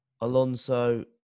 Alonso